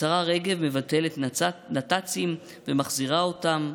השרה רגב מבטלת נת"צים, ומחזירה אותם.